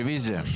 רביזיה.